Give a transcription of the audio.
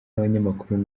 n’abanyamakuru